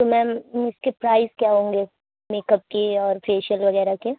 تو میم اس کے پرائز کیا ہوں گے میک اپ کے اور فیشیل وغیرہ کے